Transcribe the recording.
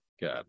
good